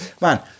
Man